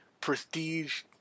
prestige